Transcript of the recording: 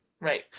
Right